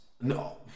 no